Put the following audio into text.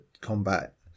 combat